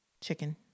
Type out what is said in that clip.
Chicken